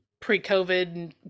pre-COVID